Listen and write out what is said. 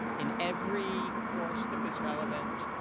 in every course that was relevant,